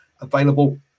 available